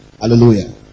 Hallelujah